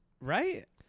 right